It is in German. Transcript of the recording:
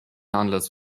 anlass